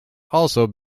also